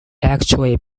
actually